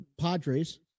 Padres